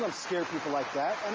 um scare people like that.